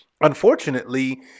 unfortunately